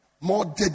more